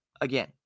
again